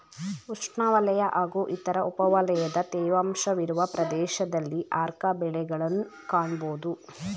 ಉಷ್ಣವಲಯ ಹಾಗೂ ಇದರ ಉಪವಲಯದ ತೇವಾಂಶವಿರುವ ಪ್ರದೇಶದಲ್ಲಿ ಆರ್ಕ ಬೆಳೆಗಳನ್ನ್ ಕಾಣ್ಬೋದು